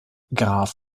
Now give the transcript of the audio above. graf